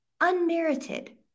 unmerited